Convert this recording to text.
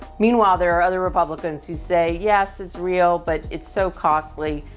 meanwhile, there are other republicans who say, yes, it's real, but it's so costly.